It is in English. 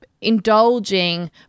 indulging